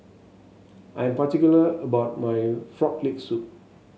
I am particular about my Frog Leg Soup